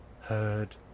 heard